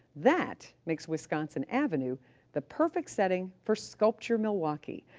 that makes wisconsin avenue the perfect setting for sculpture milwaukee,